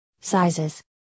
sizes